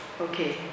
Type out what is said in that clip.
Okay